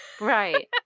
Right